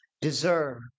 deserve